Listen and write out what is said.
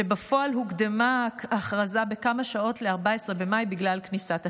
שבפועל הוקדמה בכמה שעות ל-14 במאי בגלל כניסת השבת,